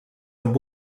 amb